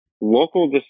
Local